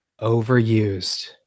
overused